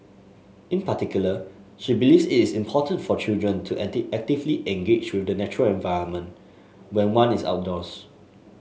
in particular she believes it is important for children to act actively engage with the natural environment when one is outdoors